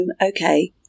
Okay